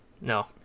No